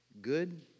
good